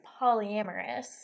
polyamorous